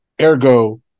Ergo